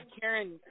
Karen